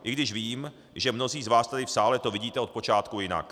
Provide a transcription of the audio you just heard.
I když vím, že mnozí z vás tady v sále to vidíte odpočátku jinak.